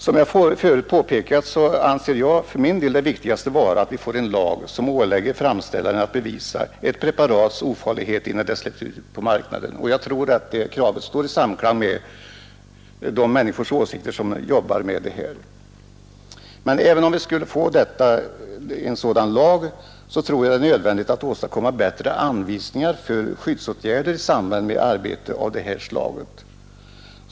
Som jag förut påpekat anser jag det viktigaste vara att vi får en lag som ålägger framställaren att bevisa ett preparats ofarlighet innan det släpps ut på marknaden. Jag tror att de människor som jobbar med besprutningen instämmer i det kravet. Men även om vi får en sådan lag tror jag det är nödvändigt att åstadkomma bättre anvisningar för skyddsåtgärder i samband med arbete av det här slaget.